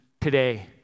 today